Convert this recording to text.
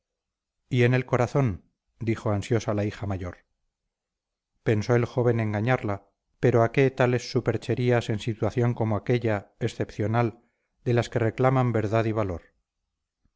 y el corazón dijo ansiosa la hija mayor pensó el joven engañarla pero a qué tales supercherías en situación como aquella excepcional de las que reclaman verdad y valor